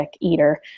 eater